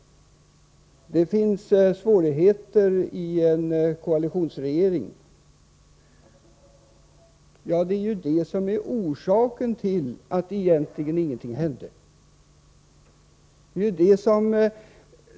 Det finns svårigheter i en koalitionsregering. Ja, det är ju det som är orsaken till att egentligen ingenting hände.